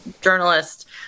journalist